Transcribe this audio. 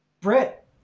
brett